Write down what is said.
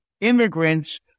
immigrants